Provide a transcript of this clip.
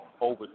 over